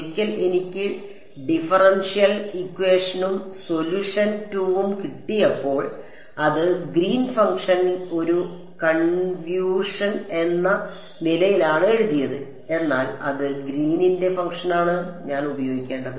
ഒരിക്കൽ എനിക്ക് ഡിഫറൻഷ്യൽ ഇക്വേഷനും സൊല്യൂഷൻ 2ഉം കിട്ടിയപ്പോൾ അത് ഗ്രീൻ ഫംഗ്ഷൻ ഒരു കൺവ്യൂഷൻ എന്ന നിലയിലാണ് എഴുതിയത് എന്നാൽ ഏത് ഗ്രീനിന്റെ ഫംഗ്ഷനാണ് Greens Function ഞാൻ ഉപയോഗിക്കേണ്ടത്